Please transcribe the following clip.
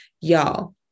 Y'all